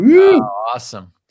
Awesome